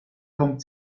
kommt